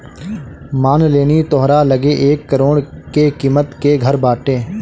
मान लेनी तोहरा लगे एक करोड़ के किमत के घर बाटे